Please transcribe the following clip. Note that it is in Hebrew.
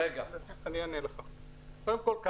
קודם כל,